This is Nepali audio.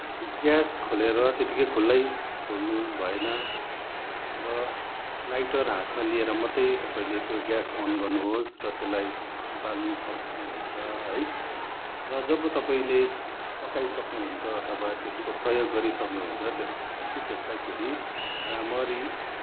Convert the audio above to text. त्यो ग्यास खोलेर त्यत्तिकै खुल्लै छोड्नु भएन र लाइटर हातमा लिएर मात्रै तपाईँले त्यो ग्यास अन गर्नुहोस् र त्यसलाई बाल्नपर्ने हुन्छ है र जब तपाईँले पकाइसक्नुहुन्छ अथवा त्यसको प्रयोग गरिसक्नुहुन्छ त्यसपछि त्यसलाई फेरि राम्ररी